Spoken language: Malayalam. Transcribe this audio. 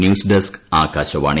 news desk Akashvani